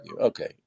Okay